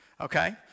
Okay